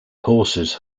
horses